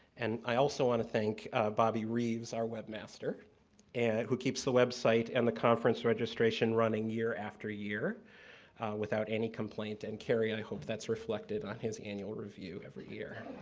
and, i also want to thank bobby reeves, our webmaster and who keeps the website and the conference registration running year after year without any complaint. and, keri i hope that's reflected on his annual review every year.